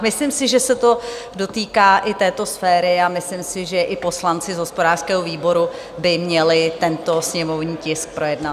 Myslím si, že se to dotýká i této sféry a myslím si, že i poslanci z hospodářského výboru by měli tento sněmovní tisk projednat.